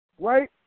right